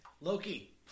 Loki